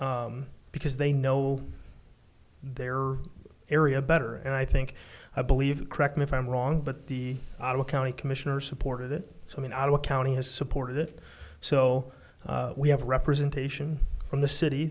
because they know their area better and i think i believe correct me if i'm wrong but the county commissioners supported it so i mean ottawa county has supported it so we have representation from the city